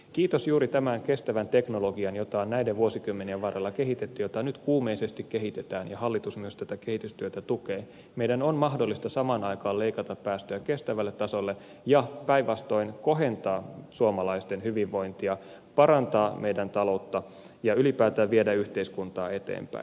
kiitos juuri tämän kestävän teknologian jota on näiden vuosikymmenien varrella kehitetty jota nyt kuumeisesti kehitetään ja hallitus myös tätä kehitystyötä tukee meidän on mahdollista samaan aikaan leikata päästöjä kestävälle tasolle ja päinvastoin kohentaa suomalaisten hyvinvointia parantaa meidän talouttamme ja ylipäätään viedä yhteiskuntaa eteenpäin